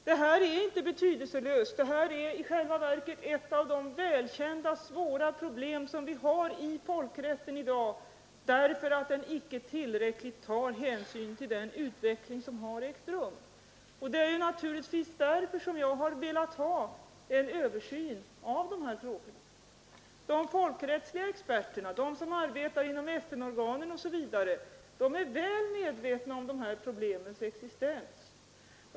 Det är inte betydelselöst — det är i själva verket ett av de välkända, svåra problemen i folkrätten i dag, att den icke tillräckligt tar hänsyn till den utveckling som har ägt rum. Det är naturligtvis därför jag har velat få till stånd en översyn av dessa frågor. De folkrättsliga experterna, de som arbetar inom FN-organen osv., är väl medvetna om dessa problems existens.